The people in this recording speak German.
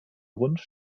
grunde